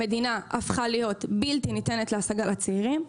המדינה הפכה להיות בלתי ניתנת להשגה לצעירים.